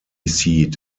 seat